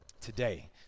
today